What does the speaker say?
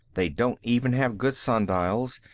they don't even have good sundials,